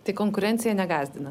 tai konkurencija negąsdina